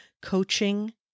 coaching